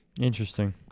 Interesting